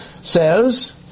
says